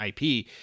IP